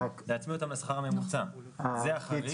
זה החריג.